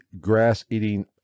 grass-eating